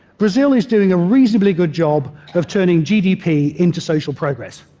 brazil is doing a reasonably good job of turning gdp into social progress.